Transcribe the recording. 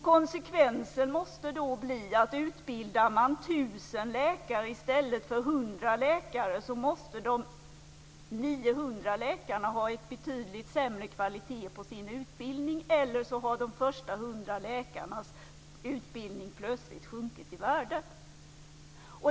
Konsekvensen måste då bli, att om man utbildar 1 000 läkare i stället för 100 måste de 900 läkarna ha en betydligt sämre kvalitet på sin utbildning, eller också har de första 100 läkarnas utbildning plötsligt sjunkit i värde.